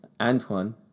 Antoine